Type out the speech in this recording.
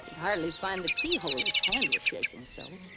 hardly find the keyhole, and his hand was shaking so.